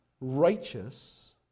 righteous